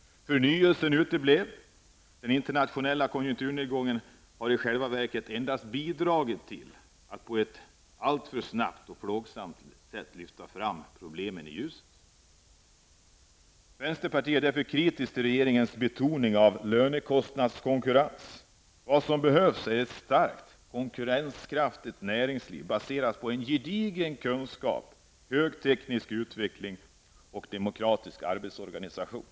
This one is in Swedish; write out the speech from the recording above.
Förnyelsen uteblev. Den internationella konjunkturnedgången har i själva verket endast bidragit till att problemen alltför snabbt och plågsamt har kunnat lyftas fram i ljuset. Vi i vänsterpartiet är därför kritiska till regeringens betoning av detta med lönekostnadskonkurrens. Vad som behövs är ett starkt konkurrenskraftigt näringsliv baserat på gedigna kunskaper, en teknisk utveckling på hög nivå och en demokratisk arbetsorganisation.